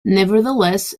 nevertheless